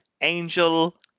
angel